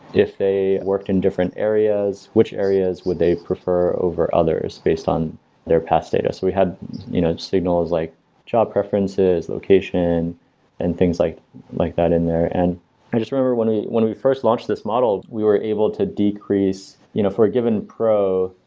if they worked in different areas, which areas would they prefer over others based on their past data? so we had you know signals like job preferences, location and things like like that in there and i just remember when we first launched this model, we were able to decrease, you know for a given pro,